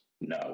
no